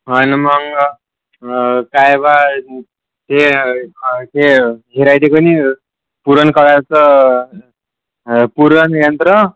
आणि मग अ काय बा ते ते हे राह्यते की नाही पुरण काढायचं पुरणयंत्र